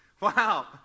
Wow